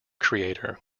creator